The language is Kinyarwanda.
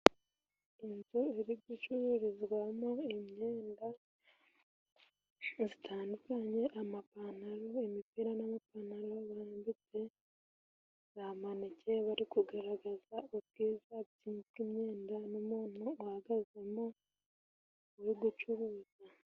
Inzu ziri gucururizwamo imyenda zitandukanye : amapantaro, imipira, n'amapantaro bambitse ba maneke, bari kugaragaza ubwiza bw' imyenda n'umuntu uhagazemo uri gucuruza.